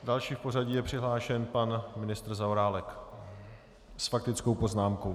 Další v pořadí je přihlášen pan ministr Zaorálek s faktickou poznámkou.